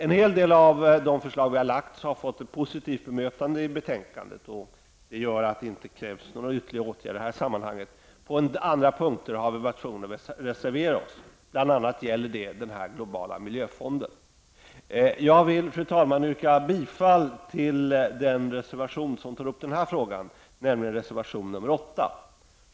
En hel del av de förslag vi har lagt fram har fått ett positivt bemötande i betänkandet. Det gör att det inte krävs några ytterligare åtgärder i detta sammanhang. På en del andra punkter har vi varit tvungna att reservera oss. Bl.a. gäller det den globala miljöfonden. Jag vill, fru talman, yrka bifall till den reservation som tar upp den här frågan, nämligen reservation nr 8.